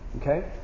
Okay